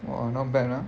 !wah! not bad ah